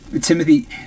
Timothy